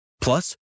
Plus